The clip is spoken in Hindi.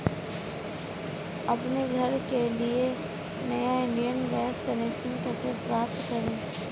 अपने घर के लिए नया इंडियन गैस कनेक्शन कैसे प्राप्त करें?